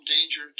danger